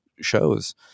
shows